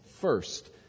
first